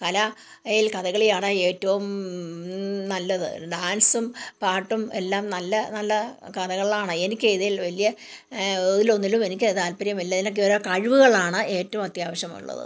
കല യിൽ കഥകളിയാണ് ഏറ്റവും നല്ലത് ഡാൻസും പാട്ടും എല്ലാം നല്ല നല്ല കലകളാണ് എനിക്ക് ഇതിൽ വലിയ ഏതിൽ ഒന്നിലും എനിക്ക് താത്പര്യമില്ല ഇതിനൊക്കെ ഒരു കഴിവുകളാണ് ഏറ്റവും അത്യാവശ്യമുള്ളത്